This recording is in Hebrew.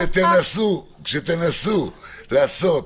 שתנסו לעשות